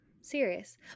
Serious